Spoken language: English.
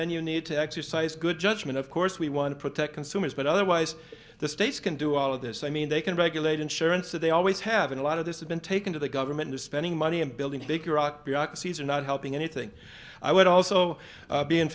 then you need to exercise good judgment of course we want to protect consumers but otherwise the states can do all of this i mean they can regulate insurance that they always have and a lot of this has been taken to the government is spending money and building to figure out bureaucracies are not helping anything i would also be in